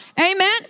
Amen